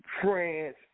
France